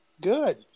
Good